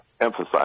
emphasize